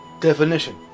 definition